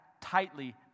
tightly